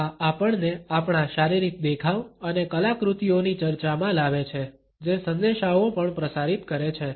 આ આપણને આપણા શારીરિક દેખાવ અને કલાકૃતિઓની ચર્ચામાં લાવે છે જે સંદેશાઓ પણ પ્રસારિત કરે છે